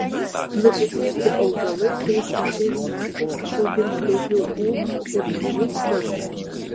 nugenėti augalai tais pačiais metais išaugina daugiau ūglių ir mažiau serga